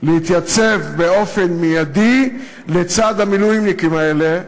להתייצב באופן מיידי לצד המילואימניקים האלה.